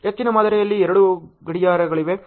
ಹೆಚ್ಚಿನ ಮಾದರಿಗಳಲ್ಲಿ ಎರಡು ಗಡಿಯಾರಗಳಿವೆ